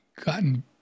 gotten